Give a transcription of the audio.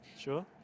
Sure